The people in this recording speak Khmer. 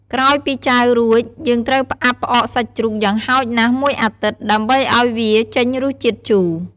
ក្រោយពីចាវរួច យើងត្រូវផ្អាប់ផ្អកសាច់ជ្រូកយ៉ាងហោចណាស់១អាទិត្យ ដើម្បីឱ្យវាចេញរសជាតិជូរ។